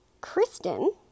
Kristen